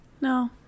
No